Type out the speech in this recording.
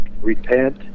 repent